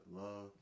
love